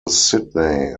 sidney